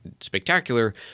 spectacular